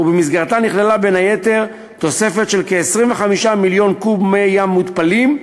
ובמסגרתה נכללה בין היתר תוספת של כ-25 מיליון קוב מי ים מותפלים,